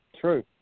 true